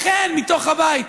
בחן, מתוך הבית.